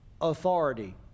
authority